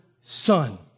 son